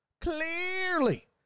Clearly